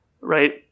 right